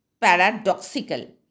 paradoxical